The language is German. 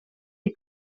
die